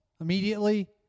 immediately